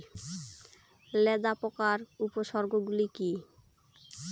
লেদা পোকার উপসর্গগুলি কি কি?